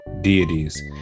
deities